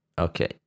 Okay